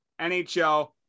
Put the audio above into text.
NHL